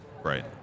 Right